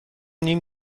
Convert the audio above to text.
نیم